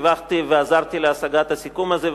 תיווכתי ועזרתי להשגת הסיכום הזה,